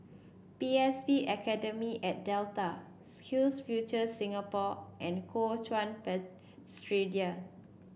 P S B Academy at Delta SkillsFuture Singapore and Kuo Chuan Presbyterian